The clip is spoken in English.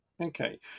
Okay